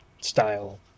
style